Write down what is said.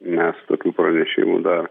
mes tokių pranešimų dar